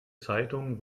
zeitungen